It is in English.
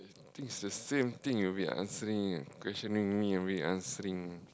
I think it's the same thing you'll be answering questioning me I'll be answering